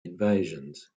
invasions